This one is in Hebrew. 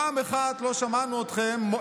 פעם אחת לא שמענו אתכם,